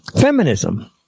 Feminism